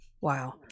Wow